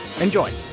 Enjoy